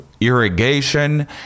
irrigation